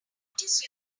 notice